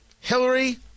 Hillary